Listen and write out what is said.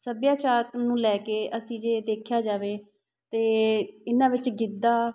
ਸੱਭਿਆਚਾਰਕ ਨੂੰ ਲੈ ਕੇ ਅਸੀਂ ਜੇ ਦੇਖਿਆ ਜਾਵੇ ਤਾਂ ਇਹਨਾਂ ਵਿੱਚ ਗਿੱਧਾ